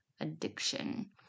addiction